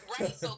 Right